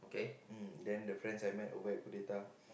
mm then the friends I met over at coup d'etat